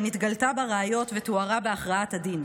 שנתגלתה בראיות ותוארה בהכרעת הדין.